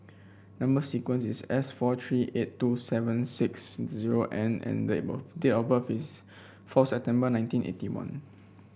number sequence is S four three eight two seven six zero N and date of birth is four September nineteen eighty one